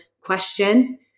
question